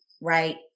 right